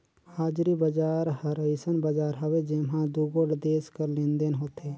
हाजरी बजार हर अइसन बजार हवे जेम्हां दुगोट देस कर लेन देन होथे